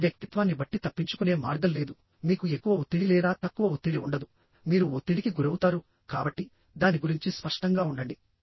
మీ వ్యక్తిత్వాన్ని బట్టి తప్పించుకునే మార్గం లేదు మీకు ఎక్కువ ఒత్తిడి లేదా తక్కువ ఒత్తిడి ఉండదు మీరు ఒత్తిడికి గురవుతారు కాబట్టి దాని గురించి స్పష్టంగా ఉండండి